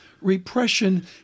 repression